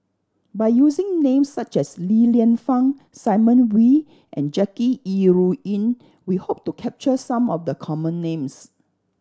by using names such as Li Lienfung Simon Wee and Jackie Yi Ru Ying we hope to capture some of the common names